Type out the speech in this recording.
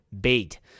bait